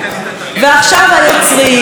הסרטים,